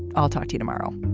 i'll talk to you tomorrow